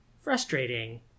frustrating